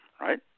right